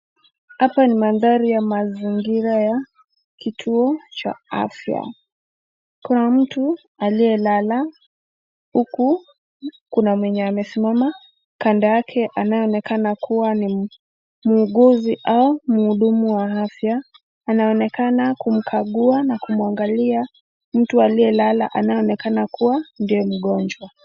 Hapa ni mandhari ya mazingira ya kituo cha afya. Kuna mtu aliyelala huku kuna mwenye amesimama kando yake anayeonekana kuwa ni mwuguzi au mhudumu wa afya. Anaonekana kumkagua na kumwangalia mtu aliyelala anayeonekana kuwa ndiye mgonjwa.